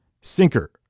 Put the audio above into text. sinker